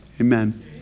Amen